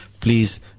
please